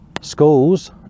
schools